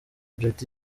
jody